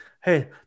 hey